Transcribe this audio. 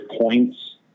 points